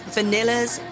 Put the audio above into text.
Vanilla's